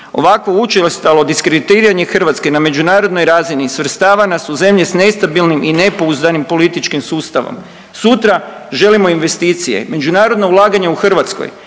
Ovakvo učestalo diskreditiranje Hrvatske na međunarodnoj razini svrstava nas u zemlje sa nestabilnim i nepouzdanim političkim sustavom. Sutra želimo investicije, međunarodna ulaganja u Hrvatskoj,